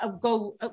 go